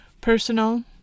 personal